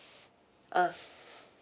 uh